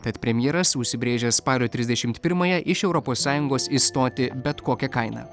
bet premjeras užsibrėžęs spalio trisdešimt pirmąją iš europos sąjungos išstoti bet kokia kaina